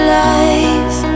life